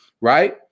right